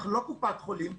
אנחנו לא קופת חולים.